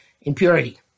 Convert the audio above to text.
impurity